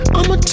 I'ma